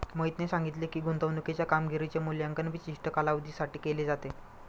मोहितने सांगितले की, गुंतवणूकीच्या कामगिरीचे मूल्यांकन विशिष्ट कालावधीसाठी केले जाते